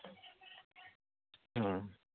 ᱦᱮᱸ